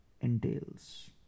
entails